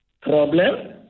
Problem